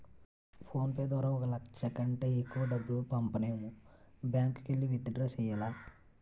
phone pay ద్వారా ఒక లచ్చ కంటే ఎక్కువ డబ్బు పంపనేము బ్యాంకుకెల్లి విత్ డ్రా సెయ్యాల